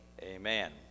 amen